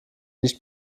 nicht